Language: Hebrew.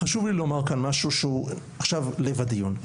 חשוב לי לומר כאן משהו שהוא לב הדיון,